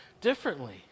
differently